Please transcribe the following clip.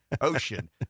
Ocean